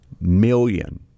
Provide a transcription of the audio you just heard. million